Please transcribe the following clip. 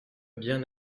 bien